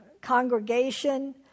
congregation